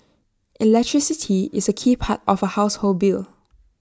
electricity is A key part of household bill